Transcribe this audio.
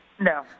No